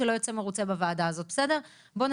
בסדר,